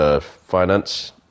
Finance